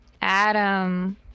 Adam